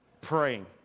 praying